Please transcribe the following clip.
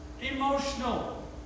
Emotional